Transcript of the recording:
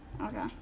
Okay